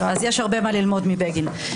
יש הרבה מה ללמוד מבגין.